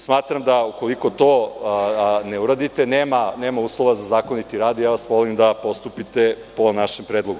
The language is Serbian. Smatram da ukoliko to ne uradite, nema uslova za zakoniti rad i molim vas da postupite po našem predlogu.